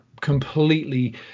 completely